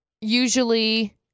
Usually